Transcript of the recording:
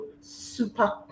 super